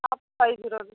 ହଁ ପାଇପ୍ ରଖେ